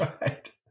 Right